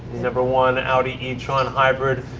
the number one audi e-tron hybrid